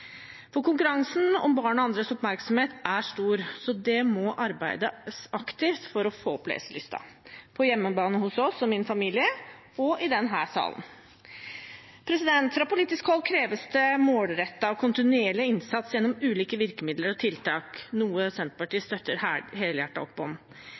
alder. Konkurransen om barn og andres oppmerksomhet er stor, så det må arbeides aktivt for å få opp leselysten, på hjemmebane i min familie og i denne salen. Fra politisk hold kreves det målrettet og kontinuerlig innsats gjennom ulike virkemidler og tiltak, noe Senterpartiet støtter helhjertet opp om.